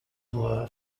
were